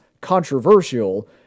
controversial